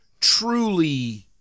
truly